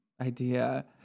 idea